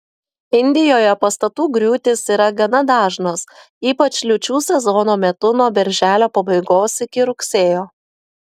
indijoje pastatų griūtys yra gana dažnos ypač liūčių sezono metu nuo birželio pabaigos iki rugsėjo